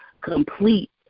complete